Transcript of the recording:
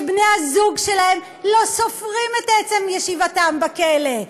שבני-הזוג שלהן לא סופרים את עצם ישיבתם בכלא.